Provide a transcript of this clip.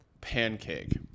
pancake